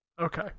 Okay